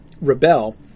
rebel